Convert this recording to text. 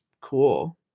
cool